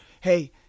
hey